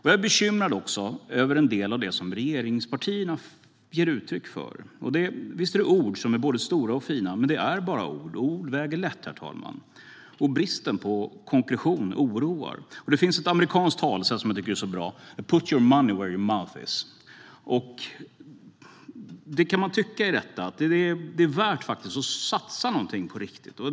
Jag är bekymrad över en del av det som regeringspartierna ger uttryck för. Visst är det ord som är både stora och fina. Men det är bara ord, och ord väger lätt, herr talman. Bristen på konkretion oroar. Det finns ett amerikanskt talesätt som jag tycker är bra: Put your money where your mouth is! Det kan man tycka i detta - det är faktiskt värt att satsa något på riktigt.